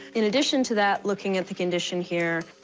in addition to that, looking at the condition here,